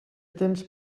temps